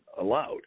allowed